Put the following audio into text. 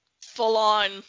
full-on